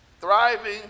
thriving